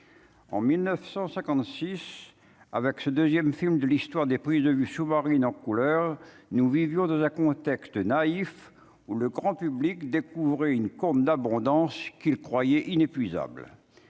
en 1956 avec ce 2ème, film de l'histoire des prises de vue sous-marine en couleur, nous vivons de Jacques contexte naïf où le grand public découvre une corne d'abondance qu'il croyait inépuisable,